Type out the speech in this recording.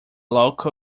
local